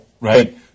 Right